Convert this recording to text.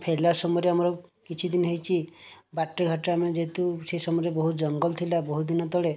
ଫେରିଲା ସମୟରେ ଆମର କିଛି ଦିନ ହେଇଛି ବାଟରେ ଘାଟରେ ଆମେ ଯେହେତୁ ସେଇ ସମୟରେ ବହୁତ ଜଙ୍ଗଲ ଥିଲା ବହୁ ଦିନ ତଳେ